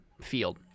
field